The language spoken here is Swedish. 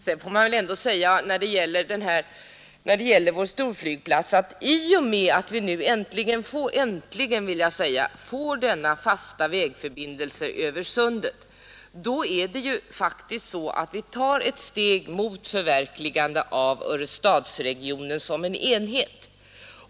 Sedan får man väl ändå säga när det gäller storflygplatsen att i och med att vi nu — äntligen, vill jag säga — får en fast vägförbindelse över Sundet, så tar vi faktiskt ett steg mot förverkligandet av Örestadsregionen som en enhet.